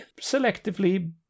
selectively